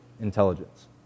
intelligence